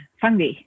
fungi